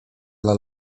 dla